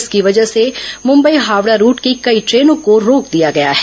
इसकी वजह से मंबई हावडा रूट की कई ट्रेनों को रोक दिया गया है